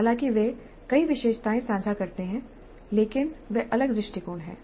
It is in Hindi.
हालांकि वे कई विशेषताएं साझा करते हैं लेकिन वे अलग दृष्टिकोण हैं